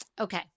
Okay